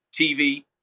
TV